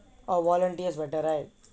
orh volunteers